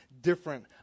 different